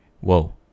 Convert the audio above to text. Whoa